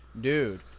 dude